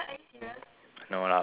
no lah but it's